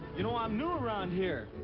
you know, i'm new around here.